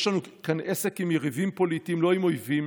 יש לנו כאן עסק עם יריבים פוליטיים, לא עם אויבים.